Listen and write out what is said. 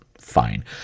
Fine